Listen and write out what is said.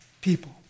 people